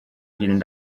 vielen